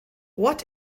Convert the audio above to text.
what